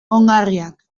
ongarriak